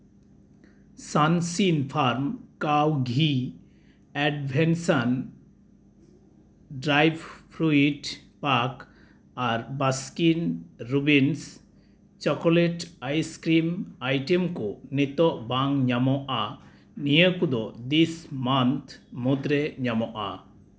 Sunshine farm cow ghee ᱮᱰᱵᱷᱮᱱᱥᱟᱱ dairy fruit pack ᱟᱨ Baskin Robbins chocolate ice cream item ᱠᱚ ᱱᱤᱛᱚᱜ ᱵᱟᱝ ᱧᱟᱢᱚᱜᱼᱟ ᱱᱤᱭᱟᱹ ᱠᱚᱫᱚ ᱫᱤᱥ ᱢᱟᱱᱛᱷ ᱢᱩᱫᱽᱨᱮ ᱧᱟᱢᱚᱜᱼᱟ